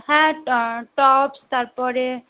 হ্যাঁ টপস তারপরে